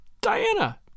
Diana